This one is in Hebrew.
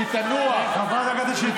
שנוגעת לציבור החרדי במדינת ישראל,